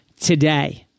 today